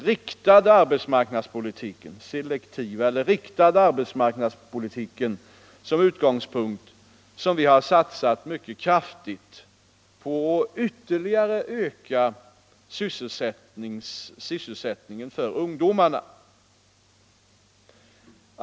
Med denna selektiva eller riktade arbetsmarknadspolitik som utgångspunkt har vi satsat mycket kraftigt på att öka sysselsättningen för ungdomen.